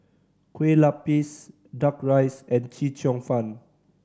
kue lupis Duck Rice and Chee Cheong Fun